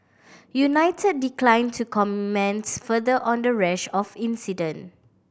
united declined to comments further on the rash of incident